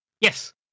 Yes